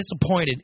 disappointed